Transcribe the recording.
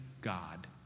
God